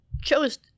chose